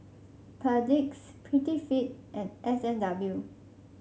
Perdix Prettyfit and S and W